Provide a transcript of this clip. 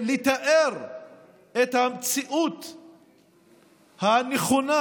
מלתאר את המציאות הנכונה,